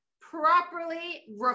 properly